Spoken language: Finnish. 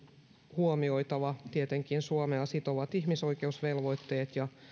huomioitava tietenkin suomea sitovat ihmisoikeusvelvoitteet ja